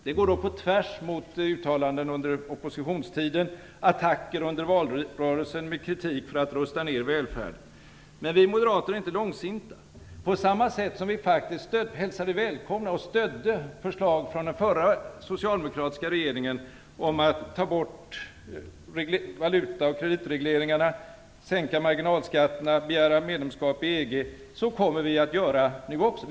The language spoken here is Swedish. Det går på tvärs mot uttalanden under oppositionstiden och attacker under valrörelsen med kritik mot att rusta ner välfärden. Men vi moderater är inte långsinta. Vi hälsade välkomna och stödde förslag från den förra socialdemokratiska regeringen om att ta bort valutaoch kreditregleringarna, sänka marginalskatterna och begära medlemskap i EG. På samma sätt kommer vi att göra nu också.